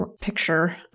picture